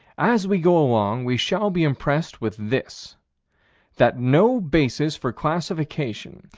as we go along, we shall be impressed with this that no basis for classification,